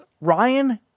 Ryan